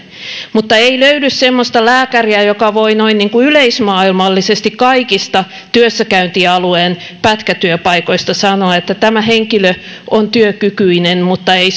mutta ei löydy semmoista lääkäriä joka voi noin niin kuin yleismaailmallisesti kaikista työssäkäyntialueen pätkätyöpaikoista sanoa että tämä henkilö on työkykyinen mutta ei